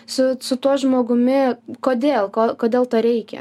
su su tuo žmogumi kodėl ko kodėl to reikia